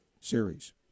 series